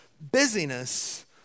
busyness